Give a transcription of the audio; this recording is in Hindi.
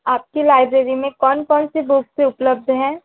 आपकी लाइब्रेरी में कौन कौन से बुक्स उपलब्ध है